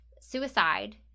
suicide